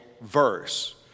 verse